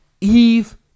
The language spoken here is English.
Eve